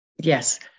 yes